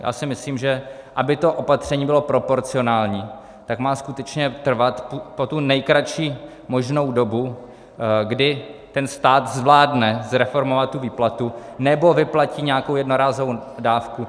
Já si myslím, že aby to opatření bylo proporcionální, tak má skutečně trvat po tu nejkratší možnou dobu, kdy stát zvládne zreformovat tu výplatu, nebo vyplatí nějakou jednorázovou dávku.